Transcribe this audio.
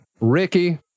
Ricky